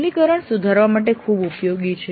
અમલીકરણ સુધારવા માટે ખૂબ ઉપયોગી છે